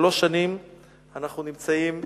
שנים אנחנו נמצאים